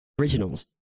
Originals